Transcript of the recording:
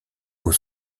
aux